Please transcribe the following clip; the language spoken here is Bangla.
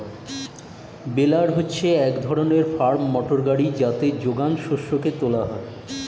বেলার হচ্ছে এক ধরনের ফার্ম মোটর গাড়ি যাতে যোগান শস্যকে তোলা হয়